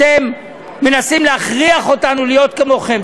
אתם מנסים להכריח אותנו להיות כמוכם.